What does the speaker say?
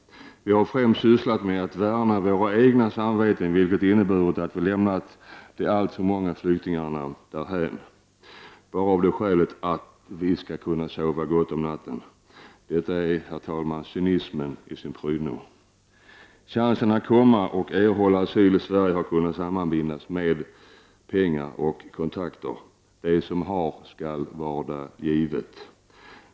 Vi har främst sysslat med att värna våra egna samveten, vilket inneburit att vi lämnat de alltför många flyktingarna därhän, bara av det skälet att vi skall kunna sova gott om natten. Detta är, herr talman, cynismen i sin prydno! Chansen att komma till och erhålla asyl i Sverige har kunnat sammanbindas med pengar och kontakter. — De som har skall varda givet.